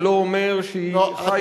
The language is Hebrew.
זה לא אומר שהיא חיה,